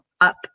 up